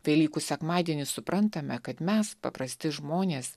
velykų sekmadienį suprantame kad mes paprasti žmonės